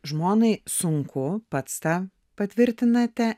žmonai sunku pats tą patvirtinate